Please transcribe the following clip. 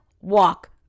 walk